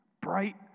Bright